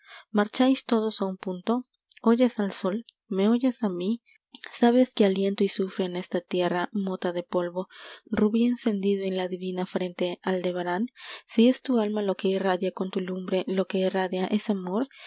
aldebarán marcháis todos a un punto oyes al sol me oyes a mí sabes que aliento y sufro en esta tierra mota de polvo rubí encendido en la divina frente aldebarán si es tu alma lo que irradia con fü lumbre lo que irradia es amor